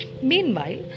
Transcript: Meanwhile